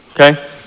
okay